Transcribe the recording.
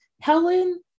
Helen